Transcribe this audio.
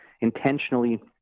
intentionally